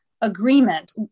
agreement